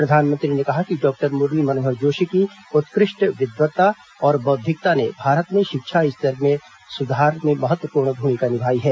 प्रधानमंत्री ने कहा कि डॉक्टर मुरली मनोहर जोशी की उत्कृष्ट विद्वता और बौद्धिकता ने भारत में शिक्षा स्तर के सुधार में महत्वपूर्ण भूमिका निभाई है